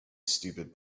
stupid